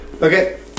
Okay